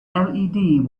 led